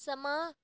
समां